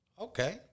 Okay